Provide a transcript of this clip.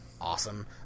awesome